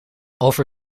over